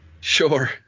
Sure